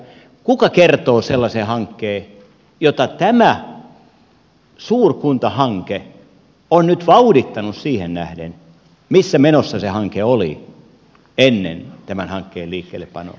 kuka kertoo sellaisen hankkeen jota tämä suurkuntahanke on nyt vauhdittanut siihen nähden missä menossa se hanke oli ennen tämän hankkeen liikkeellepanoa